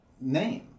name